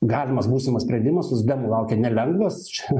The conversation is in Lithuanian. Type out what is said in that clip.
galimas būsimas sprendimas socdemų laukia nelengvas čia